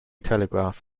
telegraph